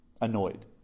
annoyed